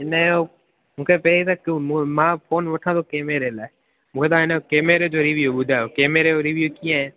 हिन जो मूंखे पहिरियों त कू मूं मां फोन वठां थो केमेरे लाइ मूंखे तव्हां इन जो केमेरे जो रिव्यू ॿुधायो केमेरे यो रिव्यू कींअ आहे